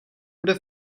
bude